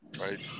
Right